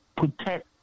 protect